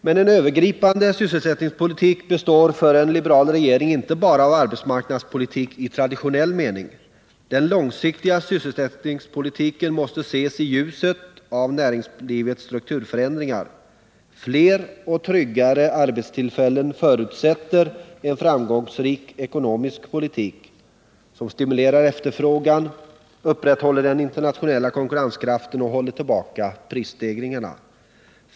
Men en övergripande sysselsättningspolitik består för en liberal regering inte bara av arbetsmarknadspolitik i traditionell mening. Den långsiktiga sysselsättningspolitiken måste ses i ljuset av näringslivets strukturföränd ringar. Fler och tryggare arbetstillfällen förutsätter en framgångsrik ekonomisk politik som stimulerar efterfrågan, upprätthåller den internationella konkurrenskraften och håller tillbaka prisstegringarna.